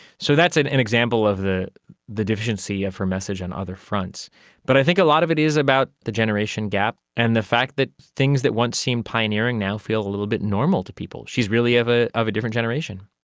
so that's an an example of the the deficiency of her message on other fronts. but i think a lot of it is about the generation gap and the fact that things that once seemed pioneering now feel a little bit normal to people. she is really of ah of a different generation.